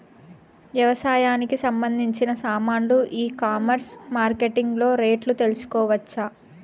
వ్యవసాయానికి సంబంధించిన సామాన్లు ఈ కామర్స్ మార్కెటింగ్ లో రేట్లు తెలుసుకోవచ్చా?